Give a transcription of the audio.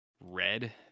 red